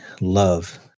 love